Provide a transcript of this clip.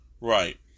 Right